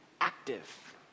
active